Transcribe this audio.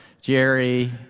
Jerry